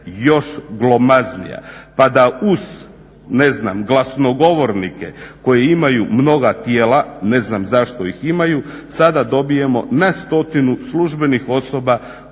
još glomaznija pa da uz glasnogovornike koji imaju mnoga tijela, ne znam zašto ih imaju, sada dobijemo na stotinu službenih osobama